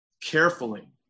carefully